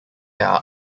are